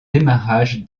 démarrage